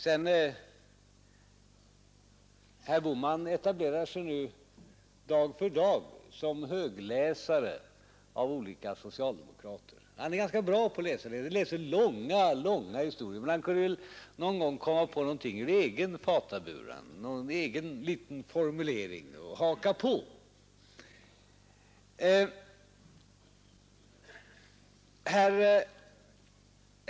Herr Bohman etablerar sig nu dag för dag såsom högläsare av olika socialdemokrater. Han är ganska bra på att läsa. Han läser långa, långa historier men kunde någon gång komma på någonting ur egen fatabur, någon egen liten formulering att haka på.